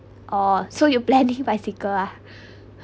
orh so you planning bicycle ah